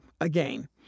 again